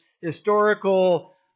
historical